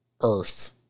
Earth